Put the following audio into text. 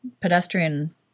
pedestrian